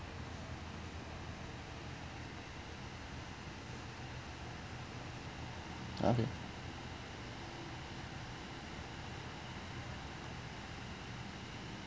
okay